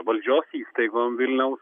valdžios įstaigom vilniaus